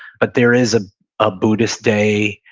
but there is a ah buddhist day,